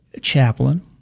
chaplain